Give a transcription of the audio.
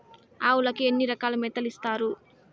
ఆవులకి ఎన్ని రకాల మేతలు ఇస్తారు?